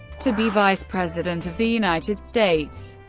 to be vice president of the united states.